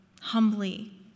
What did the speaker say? humbly